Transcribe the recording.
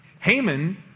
Haman